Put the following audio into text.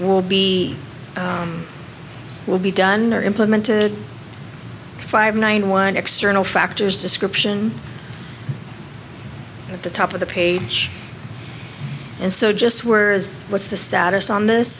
will be will be done implemented five nine one external factors description at the top of the page and so just where is was the status on this